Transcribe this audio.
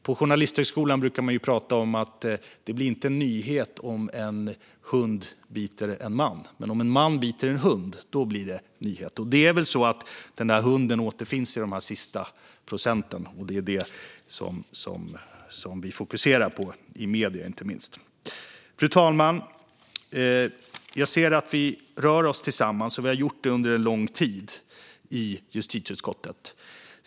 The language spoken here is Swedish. På Journalisthögskolan brukade man prata om att det inte blir någon nyhet om en hund biter en man, men om en man biter en hund blir det en nyhet. Det är väl så att den där hunden återfinns i de sista procenten, och det är det som man fokuserar på inte minst i medierna. Fru talman! Jag ser att vi rör oss tillsammans, och vi har gjort det under en lång tid i justitieutskottet.